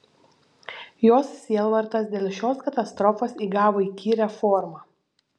jos sielvartas dėl šios katastrofos įgavo įkyrią formą